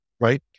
right